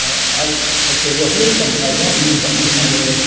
i said well here's something i don't really understand very well.